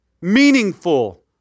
meaningful